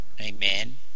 Amen